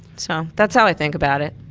so that's how i think about it